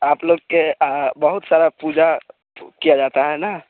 आप लोग के बहुत सारा पूजा किया जाता है न